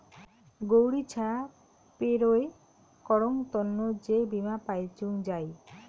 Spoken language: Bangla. গৌড়ি ছা পেরোয় করং তন্ন যে বীমা পাইচুঙ যাই